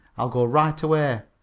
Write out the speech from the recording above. i'll go right away.